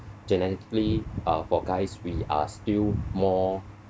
genetically uh for guys we are still more